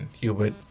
Hubert